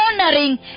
honoring